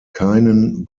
keinen